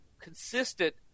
consistent